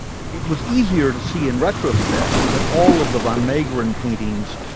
it was easier to see in retrospect that all of the van meegeren paintings